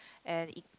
and